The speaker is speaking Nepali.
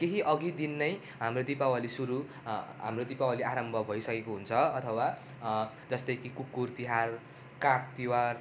केही अघि दिन नै हाम्रो दिपावली सुरु हाम्रो दिपावली आरम्भ भइसकेको हुन्छ अथवा जस्तै कि कुकुर तिहार काग तिहार